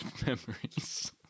memories